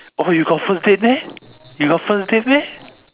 oh you got first date meh you got first date meh